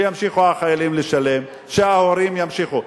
שימשיכו החיילים לשלם, שההורים ימשיכו.